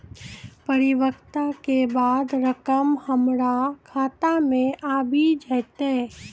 परिपक्वता के बाद रकम हमरा खाता मे आबी जेतै?